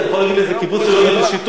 אתה יכול להגיד לי איזה קיבוץ עובד בשיתוף?